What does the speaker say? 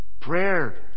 Prayer